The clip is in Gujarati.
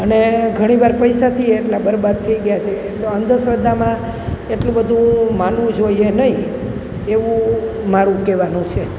અને ઘણીવાર પૈસાથીયે એટલા બરબાદ થઈ ગયાં છે એટલે અંધશ્રદ્ધામાં એટલું બધું માનવું જોઈએ નહીં એવું મારુ કહેવાનું છે